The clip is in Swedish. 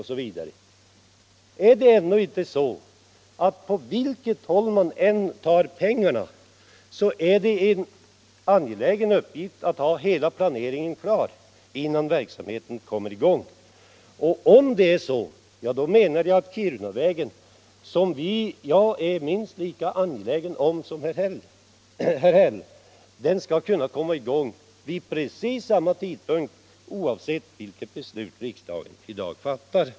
Är det ändå inte så att på vilket håll man än tar pengarna så är det en angelägen uppgift att ha hela planeringen klar innan verksamheten kommer i gång? Om det är så då menar jag att Kirunavägen, som jag är minst lika angelägen om som herr Häll, skall kunna komma i gång vid precis samma tidpunkt oavsett vilket beslut riksdagen i dag fattar.